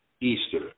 Easter